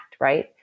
Right